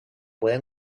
puede